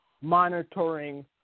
monitoring